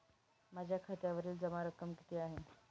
माझ्या खात्यावरील जमा रक्कम किती आहे?